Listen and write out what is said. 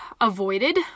avoided